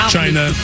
China